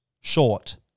Short